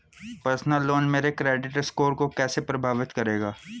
Personal loan मेरे credit score को कैसे प्रभावित करेगा?